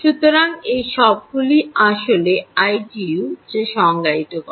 সুতরাং এই সবগুলি আসলে আইটিইউ যা সংজ্ঞায়িত করে